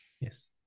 Yes